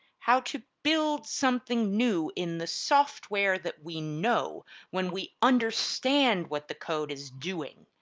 how to build something new in the software that we know when we understand what the code is doing,